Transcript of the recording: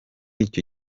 icyo